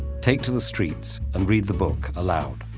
take to the streets, and read the book aloud.